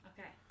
Okay